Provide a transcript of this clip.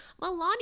Melania